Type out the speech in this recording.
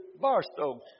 Barstow